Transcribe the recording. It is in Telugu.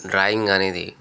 డ్రాయింగ్ అనేది